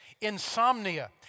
insomnia